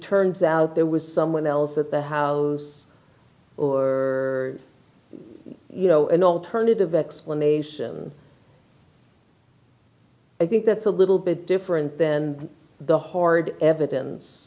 turns out there was someone else at the house or or you know an alternative explanation i think that's a little bit different than the hard evidence